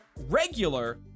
regular